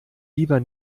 lieber